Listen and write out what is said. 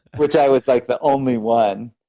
which i was like the only one,